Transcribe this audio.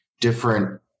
different